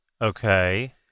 Okay